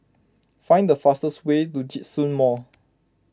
find the fastest way to Djitsun Mall